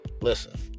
Listen